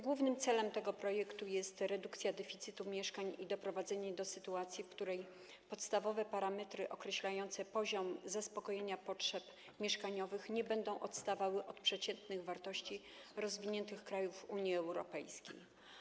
Głównym celem tego projektu jest redukcja deficytu mieszkań i doprowadzenie do sytuacji, w której podstawowe parametry określające poziom zaspokojenia potrzeb mieszkaniowych nie będą odstawały od przeciętnych wartości w rozwiniętych krajach Unii Europejskiej.